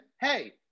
hey